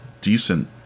decent